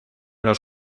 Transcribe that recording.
los